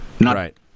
Right